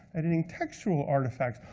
editing textual artifacts.